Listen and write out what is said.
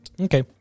okay